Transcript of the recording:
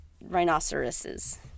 rhinoceroses